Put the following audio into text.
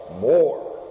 more